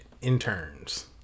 interns